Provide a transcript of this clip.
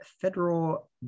Federal